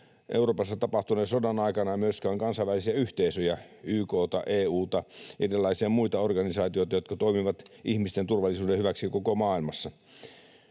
Euroopassa tapahtuvan sodan aikana myöskään kansainvälisiä yhteisöjä — YK:ta, EU:ta, erilaisia muita organisaatiota — jotka toimivat ihmisten turvallisuuden hyväksi koko maailmassa.